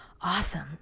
awesome